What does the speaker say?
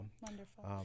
Wonderful